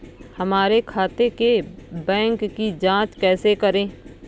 हमारे खाते के बैंक की जाँच कैसे करें?